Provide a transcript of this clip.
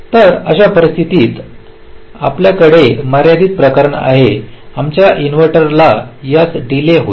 तर अशा परिस्थिती आहेत आणि आपल्याकडे हे मर्यादित प्रकरण आहे आमच्या इन्व्हर्टरला यास डीले होईल